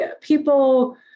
people